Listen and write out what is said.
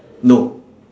no